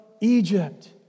Egypt